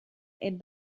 est